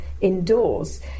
indoors